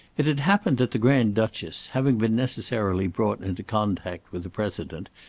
it had happened that the grand-duchess, having been necessarily brought into contact with the president,